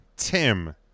tim